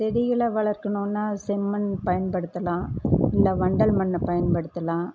செடிகளை வளர்க்கணும்னால் செம்மண் பயன்படுத்தலாம் இல்லை வண்டல் மண்ணை பயன்படுத்தலாம்